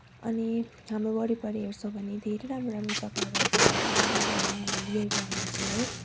अनि हाम्रो वरिपरि हेर्छौँ भने धेरै राम्रो राम्रो जग्गाहरू हुन्छ हाम्रो पहाड एरियामा हाम्रो हिल एरियामा चाहिँ है